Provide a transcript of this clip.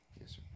Yes